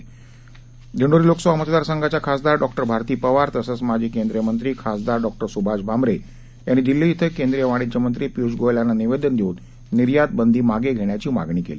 दरम्यान दिंडोरी लोकसभा मतदार संघाच्या खासदार डॉ भारती पवार तसंच माजी केंद्रीय मंत्री खासदार डॉ सुभाष भामरे यांनी दिल्ली धिं केंद्रीय वाणिज्य मंत्री पियुष गोयल यांना निवेदन देऊन निर्यात बंदी मागे घेण्याची मागणी केली